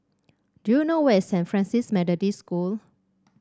do you know where is Saint Francis Methodist School